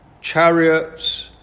chariots